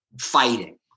fighting